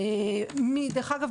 אגב,